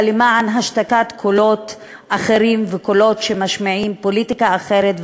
למען השתקת קולות אחרים וקולות שמשמיעים פוליטיקה אחרת,